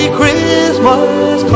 Christmas